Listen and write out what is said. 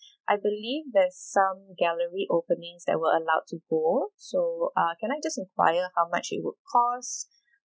I believe there's some gallery openings that we're allowed to go so uh can I just enquire how much it would cost